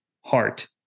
heart